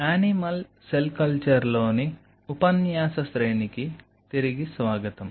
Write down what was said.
animal cell కల్చర్లోని ఉపన్యాస శ్రేణికి తిరిగి స్వాగతం